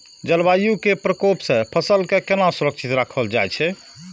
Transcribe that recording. जलवायु के प्रकोप से फसल के केना सुरक्षित राखल जाय छै?